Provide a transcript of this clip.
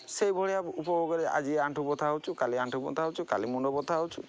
ସେହିଭଳିଆ ଉପଭୋଗ କରି ଆଜି ଆଣ୍ଠୁ ବଥା ହେଉଛି କଲି ଆଣ୍ଠୁ ବଥା ହେଉଛି କଲି ମୁଣ୍ଡ ବଥା ହେଉଛି